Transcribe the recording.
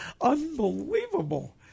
Unbelievable